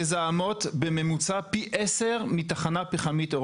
מזהמות בממוצע פי 10 מתחנה פחמית,